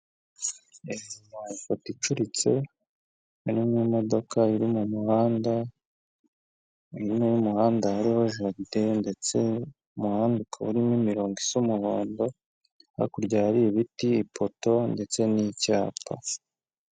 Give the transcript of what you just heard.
Ifoto icuritse hari n'imodoka iri mu muhanda, hino y'umuhanda hariho jaride, ndetse umuhanda ukaba urimo imirongo isa umuhondo, hakurya hari ibiti, ipoto ndetse n'icyapa.